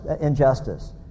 injustice